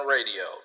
Radio